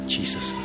Jesus